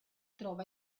trova